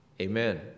Amen